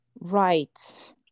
Right